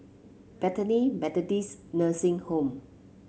Bethany Methodist Nursing Home